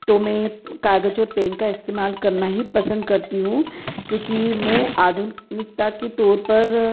तो मैं कागज और पेन का ही इस्तेमाल करना पसंद करती हूँ क्योंकि मैं आधुनिकता की तौर पर